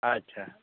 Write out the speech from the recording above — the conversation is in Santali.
ᱟᱪᱪᱷᱟ